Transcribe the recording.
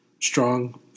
strong